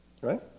right